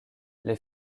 les